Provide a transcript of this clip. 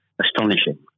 astonishing